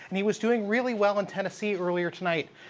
and he was doing really well in tennessee earlier tonight.